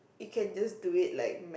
you can just do it like